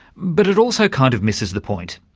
but it also kind of misses the point.